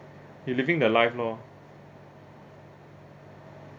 you living the life loh